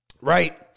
right